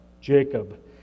Jacob